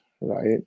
right